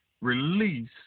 release